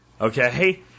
okay